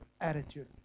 attitude